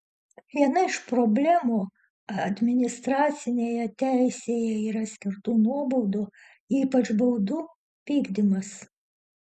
viena iš problemų administracinėje teisėje yra skirtų nuobaudų ypač baudų vykdymas